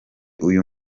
uyu